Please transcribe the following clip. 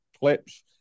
clips